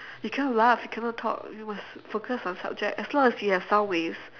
you cannot laugh you cannot talk you must focus on subject as long as you have sound waves